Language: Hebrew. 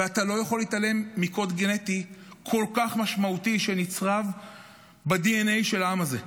ואתה לא יכול להתעלם מקוד גנטי כל כך משמעותי שנצרב בדנ"א של העם הזה.